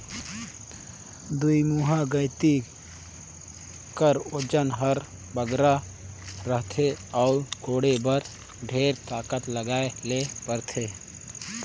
दुईमुहा गइती कर ओजन हर बगरा रहथे अउ कोड़े बर ढेर ताकत लगाए ले परथे